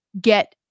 get